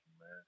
man